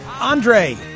Andre